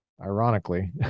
ironically